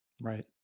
Right